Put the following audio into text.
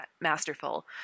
masterful